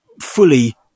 fully